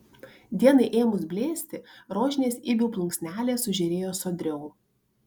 dienai ėmus blėsti rožinės ibių plunksnelės sužėrėjo sodriau